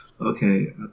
Okay